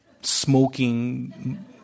smoking